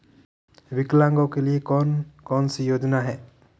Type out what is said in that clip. विकलांगों के लिए कौन कौनसी योजना है?